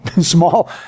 small